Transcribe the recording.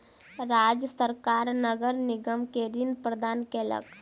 राज्य सरकार नगर निगम के ऋण प्रदान केलक